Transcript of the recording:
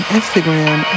Instagram